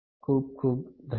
खूप खूप धन्यवाद